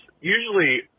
usually